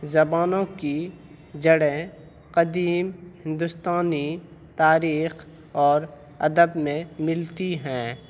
زبانوں کی جڑیں قدیم ہندوستانی تاریخ اور ادب میں ملتی ہیں